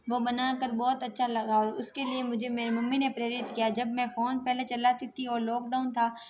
वो बनाकर बहुत अच्छा लगा और उसके लिए मुझे मेरी मम्मी ने प्रेरित किया जब मैं फ़ोन पहले चलाती थी और लोकडाउन था